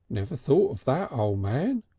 never thought of that, o' man,